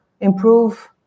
improve